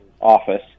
office